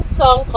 song